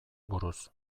buruz